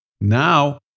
Now